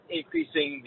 increasing